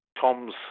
Tom's